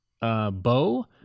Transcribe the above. bow